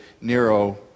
Nero